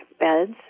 beds